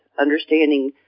understanding